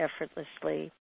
effortlessly